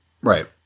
Right